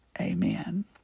Amen